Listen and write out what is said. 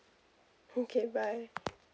okay bye